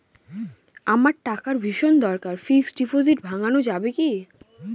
আমার টাকার ভীষণ দরকার ফিক্সট ডিপোজিট ভাঙ্গানো যাবে কি?